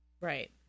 Right